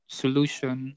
solution